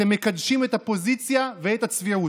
אתם מקדשים את הפוזיציה ואת הצביעות.